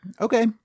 Okay